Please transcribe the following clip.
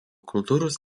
kultūros